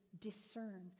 discern